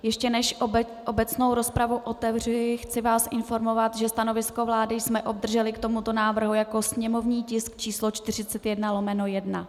Ještě než obecnou rozpravu otevřu, chci vás informovat, že stanovisko vlády jsme obdrželi k tomuto návrhu jako sněmovní tisk číslo 41/1.